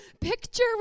picture